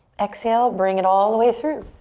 exhale, bring it all the way through.